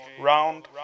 round